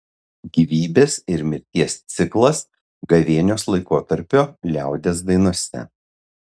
gyvybės ir mirties ciklas gavėnios laikotarpio liaudies dainose